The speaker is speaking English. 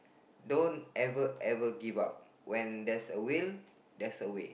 don't ever ever give up when there's a will there's a way